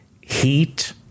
heat